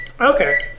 Okay